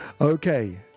Okay